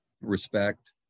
respect